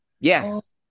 Yes